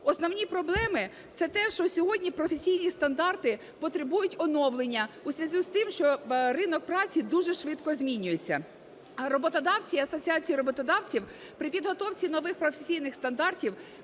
Основні проблеми – це те, що сьогодні професійні стандарти потребують оновлення у зв'язку з тим, що ринок праці дуже швидко змінюється, а роботодавці, асоціації роботодавців при підготовці нових професійних стандартів